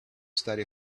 study